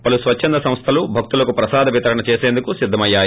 పలు స్వచ్చంద సంస్థలు భక్తులకు ప్రసాద వితరణ చేసేందుకు సిద్దమయ్యాయి